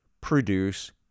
produce